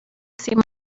see